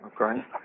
Okay